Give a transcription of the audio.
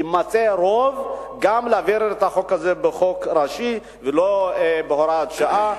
יימצא רוב להעברת העניין הזה גם בחוק ראשי ולא בהוראת שעה,